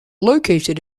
located